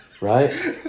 right